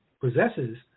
possesses